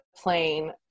plane